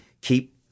keep